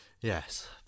yes